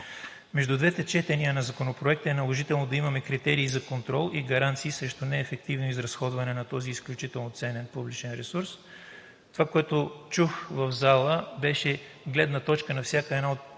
Между двете четения на Законопроекта е наложително да имаме критерии за контрол и гаранции срещу неефективно изразходване на този изключително ценен публичен ресурс. Това, което чух в залата, беше гледната точка на всяка една от